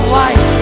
life